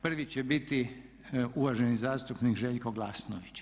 Prvi će biti uvaženi zastupnik Željko Glasnović.